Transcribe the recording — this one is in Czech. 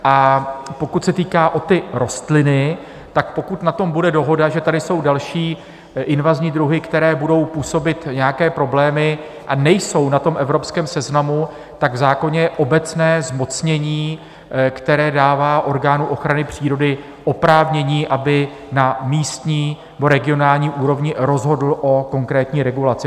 A pokud se týká rostlin, pokud na tom bude dohoda, že tady jsou další invazní druhy, které budou působit nějaké problémy a nejsou na tom evropském seznamu, tak v zákoně je obecné zmocnění, které dává orgánu ochrany přírody oprávnění, aby na místní nebo regionální úrovni rozhodl o konkrétní regulaci.